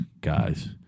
guys